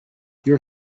your